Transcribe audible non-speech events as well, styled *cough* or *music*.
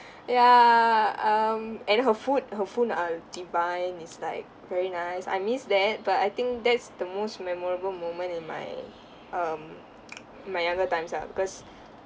ya um and her food her food are divine it's like very nice I miss that but I think that's the most memorable moment in my um *noise* my younger times lah because